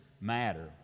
matter